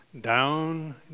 Down